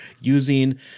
Using